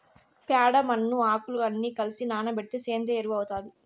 ప్యాడ, మన్ను, ఆకులు అన్ని కలసి నానబెడితే సేంద్రియ ఎరువు అవుతాది